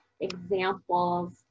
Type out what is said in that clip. examples